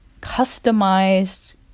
customized